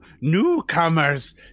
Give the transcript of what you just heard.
newcomers